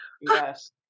yes